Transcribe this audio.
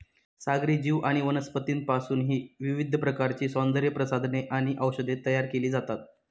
सागरी जीव आणि वनस्पतींपासूनही विविध प्रकारची सौंदर्यप्रसाधने आणि औषधे तयार केली जातात